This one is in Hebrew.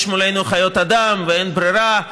יש מולנו חיות אדם ואין ברירה,